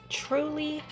truly